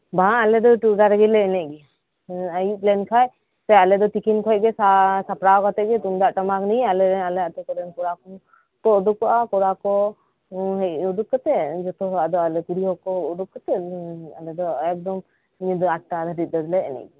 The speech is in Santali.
ᱵᱟᱝ ᱟᱞᱮᱫᱚ ᱮᱠᱴᱩ ᱚᱲᱟᱜ ᱨᱮᱜᱤᱞᱮ ᱮᱱᱮᱡ ᱜᱮᱭᱟ ᱦᱮᱸ ᱟᱹᱭᱩᱵ ᱞᱮᱱᱠᱷᱟᱡ ᱟᱞᱮᱫᱚ ᱛᱤᱠᱤᱱ ᱠᱷᱚᱡᱜᱤ ᱥᱟᱯᱲᱟᱣ ᱠᱟᱛᱮᱜ ᱜᱤ ᱛᱩᱢᱫᱟᱜ ᱴᱟᱢᱟᱠ ᱱᱤᱭᱮ ᱟᱞᱮ ᱟᱛᱩ ᱠᱚᱨᱮᱱ ᱠᱚᱲᱟᱠᱩ ᱩᱰᱩᱠ ᱠᱟᱛᱮᱫ ᱡᱚᱛᱚᱦᱚᱲ ᱟᱫᱚ ᱟᱞᱮᱫᱚ ᱠᱩᱲᱤᱦᱚᱲᱠᱩ ᱩᱰᱩᱠ ᱠᱟᱛᱮᱫ ᱟᱞᱮᱫᱚ ᱮᱠᱫᱚᱢ ᱧᱤᱫᱟᱹ ᱟᱴᱴᱟ ᱫᱷᱟᱹᱵᱤᱡᱞᱮ ᱮᱱᱮᱡ ᱟ